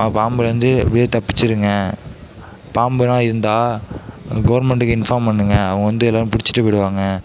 பாம்புலேருந்து உயிர் தப்பிச்சுருங்க பாம்பெலாம் இருந்தால் கவர்மெண்ட்டுக்கு இன்ஃபார்ம் பண்ணுங்கள் அவங்க வந்து எல்லாம் பிடிச்சிட்டு போய்விடுவாங்க